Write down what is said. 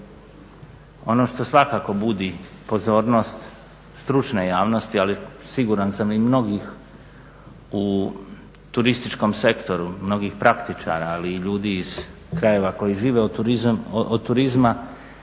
Ono što svakako budi pozornost stručne javnosti ali siguran sam i mnogih u turističkom sektoru, mnogih praktičara ali i ljudi iz krajeva koji žive od turizma